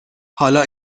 حالا